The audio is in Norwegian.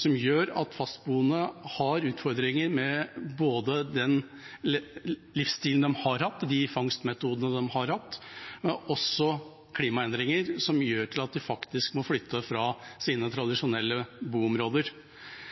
som gjør at fastboende har utfordringer med både den livsstilen de har hatt, og de fangstmetodene de har hatt, og også klimaendringer, som gjør at de må flytte fra sine tradisjonelle boområder.